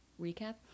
recap